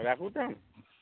राखू तब